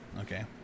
okay